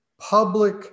public